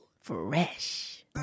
Fresh